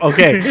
Okay